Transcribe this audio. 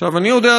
אני יודע,